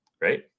right